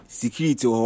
security